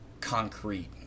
concrete